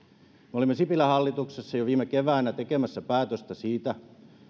me olimme sipilän hallituksessa jo viime keväänä tekemässä päätöstä siitä